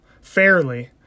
fairly